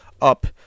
up